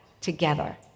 together